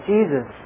Jesus